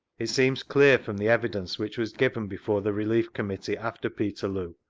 it seems clear from the evidence which was given before the relief committee, after peterloo,